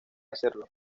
hacerlo